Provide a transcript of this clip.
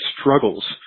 struggles